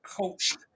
coached